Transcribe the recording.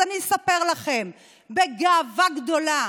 אז אני אספר לכם בגאווה גדולה: